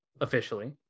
officially